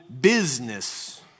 business